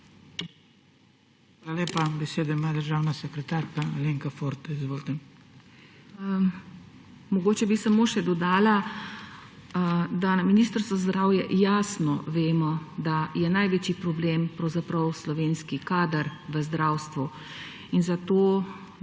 lepa. Besedo ima državna sekretarka Alenka Forte. **ALENKA FORTE:** Mogoče bi samo še dodala, da na Ministrstvu za zdravje jasno vemo, da je največji problem pravzaprav slovenski kader v zdravstvu. In zato